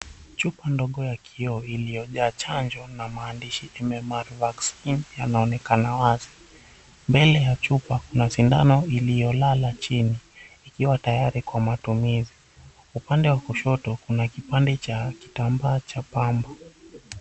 Chupa ndogo ya kioo iliyo jaa chanjo na maandishi, "MMR Vaccine," inaonekana wazi mbele ya chupa kuna sindano iliyolala chini ikiwa tayari kwa matumizi upande wa kushoto kuna kipande cha kitambaa cha pamba.